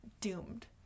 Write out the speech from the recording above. doomed